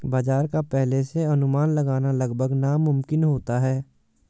बाजार का पहले से अनुमान लगाना लगभग नामुमकिन होता है